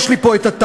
יש לי פה התעריפים,